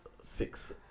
six